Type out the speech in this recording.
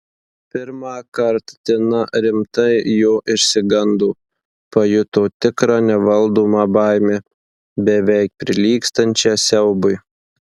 pirmąkart tina rimtai jo išsigando pajuto tikrą nevaldomą baimę beveik prilygstančią siaubui